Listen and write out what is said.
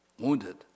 wounded